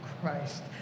Christ